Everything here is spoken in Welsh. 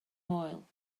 moel